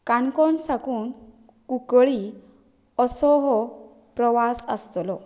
काणकोण साकून कुंकळ्ळी असो हो प्रवास आसतलो